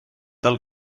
tal